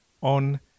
on